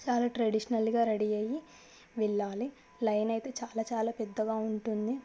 చాలా ట్రెడిషనల్గా రెడీ అయ్యి వెళ్ళాలి లైన్ అయితే చాలా చాలా పెద్దగా ఉంటుంది